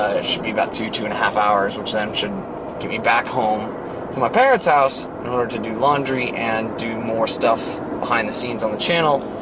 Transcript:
should be about two, two and half hours which then should get me back home to my parents house in order to do laundry and do more stuff behind the scenes on the channel.